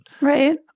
Right